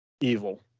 evil